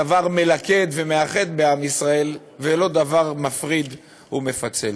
דבר מלכד ומאחד בעם ישראל ולא דבר מפריד ומפצל.